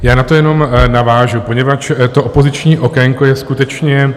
Já na to jenom navážu, poněvadž to opoziční okénko je skutečně...